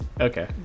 Okay